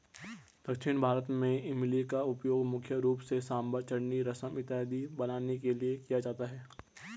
दक्षिण भारत में इमली का उपयोग मुख्य रूप से सांभर चटनी रसम इत्यादि बनाने के लिए किया जाता है